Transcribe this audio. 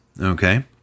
Okay